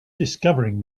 discovering